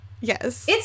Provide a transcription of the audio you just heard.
Yes